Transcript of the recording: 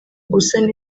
gusana